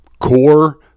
core